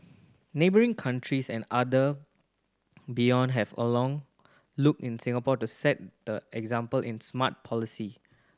neighbouring countries and other beyond have along looked in Singapore to set the example in smart policy